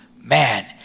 man